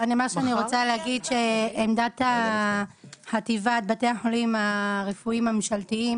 אני רוצה לומר שעמדת חטיבת בתי החולים הרפואיים הממשלתיים